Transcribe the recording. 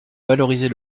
valoriser